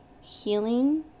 healing